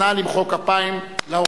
נא למחוא כפיים לאורחים.